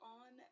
on